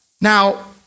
Now